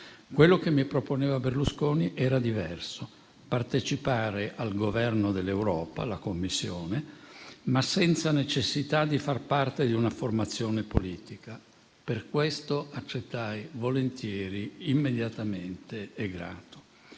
Quello che mi proponeva Berlusconi era diverso: partecipare al governo dell'Europa - la Commissione - ma senza necessità di far parte di una formazione politica. Per questo accettai volentieri, immediatamente e con